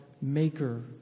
maker